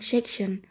Section